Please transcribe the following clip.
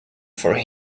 for